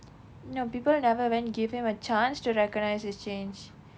no people never even give him a chance to recognize his change